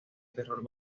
terror